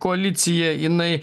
koalicija jinai